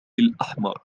الأحمر